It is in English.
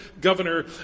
governor